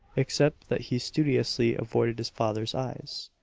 except that he studiously avoided his father's eyes,